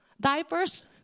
diapers